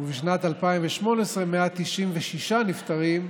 בשנת 2018, 196 נפטרים,